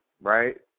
right